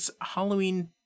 Halloween